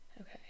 Okay